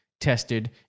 tested